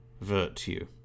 virtue